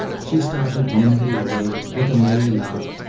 she started nimbly away, with a merry laugh,